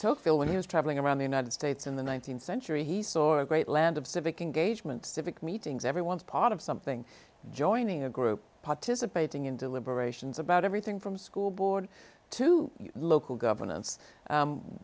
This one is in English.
tocqueville when he was traveling around the united states in the th century he saw a great land of civic engagement civic meetings everyone's part of something joining a group participating in deliberations about everything from school board to local governance